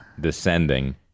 descending